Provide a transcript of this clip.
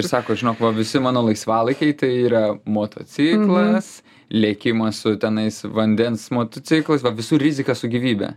ir sako žinok va visi mano laisvalaikiai tai yra motociklas lėkimas su tenais vandens motociklu visur rizika su gyvybe